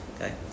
okay